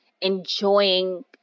enjoying